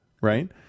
right